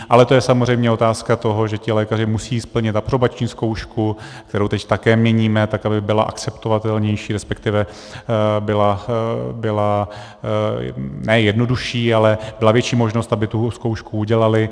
Ale to je samozřejmě otázka toho, že ti lékaři musí splnit aprobační zkoušku, kterou teď také měníme, tak aby byla akceptovatelnější, resp. byla ne jednodušší, ale byla větší možnost, aby tu zkoušku udělali.